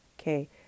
okay